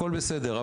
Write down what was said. הכל בסדר,